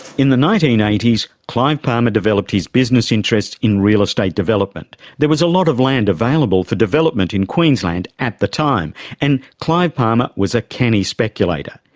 in the nineteen eighty s, clive palmer developed his business interests in real estate development. there was a lot of land available for development in queensland at the time and clive palmer was a canny speculator.